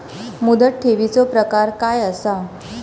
मुदत ठेवीचो प्रकार काय असा?